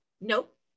nope